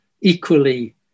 equally